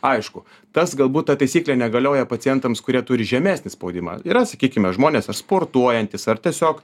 aišku tas galbūt ta taisyklė negalioja pacientams kurie turi žemesnį spaudimą yra sakykime žmonės sportuojantys ar tiesiog